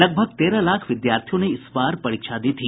लगभग तेरह लाख विद्याथियों ने इस बार परीक्षा दी थी